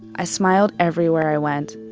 i smiled everywhere i went.